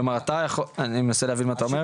כלומר, אני מנסה להבין מה אתה אומר.